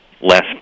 less